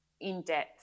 in-depth